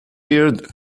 year